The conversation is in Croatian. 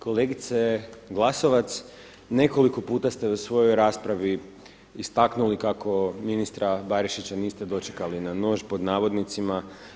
Kolegice Glasovac, nekoliko puta ste u svojoj raspravi istaknuli kako ministra Barišića niste dočekali na nož pod navodnicima.